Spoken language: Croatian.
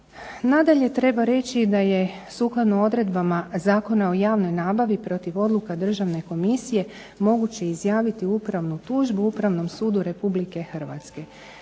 Nadalje treba reći da je sukladno odredbama Zakona o javnoj nabavi protiv odluka Državne komisije moguće izjaviti upravnu tužbu Upravnom sudu Republike Hrvatske.